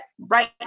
right